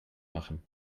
machen